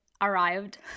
arrived